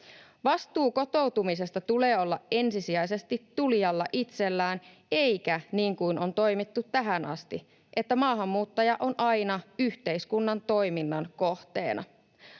Vastuun kotoutumisesta tulee olla ensisijaisesti tulijalla itsellään eikä niin kuin on toimittu tähän asti, että maahanmuuttaja on aina yhteiskunnan toiminnan kohteena.